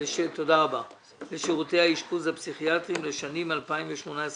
לשירותי האשפוז הפסיכיאטריים לשנים 2018 ו-2019)